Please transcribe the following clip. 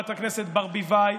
חברת הכנסת ברביבאי,